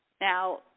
Now